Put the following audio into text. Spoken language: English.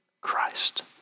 Christ